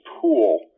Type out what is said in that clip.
pool